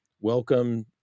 welcome